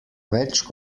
več